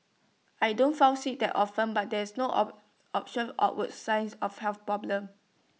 I don't fall sick that often but there are no option outward signs of health problems